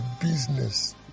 business